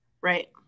Right